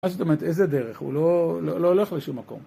מה זאת אומרת, איזה דרך? הוא לא הולך לשום מקום.